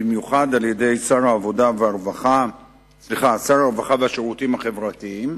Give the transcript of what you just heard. במיוחד על-ידי שר הרווחה והשירותים החברתיים.